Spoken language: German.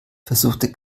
versuchte